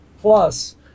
plus